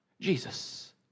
Jesus